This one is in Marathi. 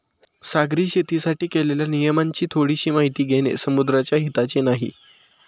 सागरी शेतीसाठी केलेल्या नियमांची थोडीशी माहिती घेणे समुद्राच्या हिताचे नाही